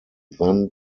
then